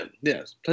Yes